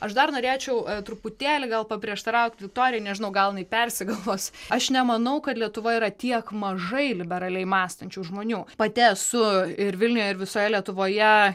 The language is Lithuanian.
aš dar norėčiau truputėlį gal paprieštaraut viktorijai nežinau gal jinai persigalvos aš nemanau kad lietuva yra tiek mažai liberaliai mąstančių žmonių pati esu ir vilniuje ir visoje lietuvoje